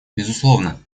безусловно